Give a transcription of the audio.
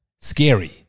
Scary